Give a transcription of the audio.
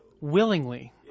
Willingly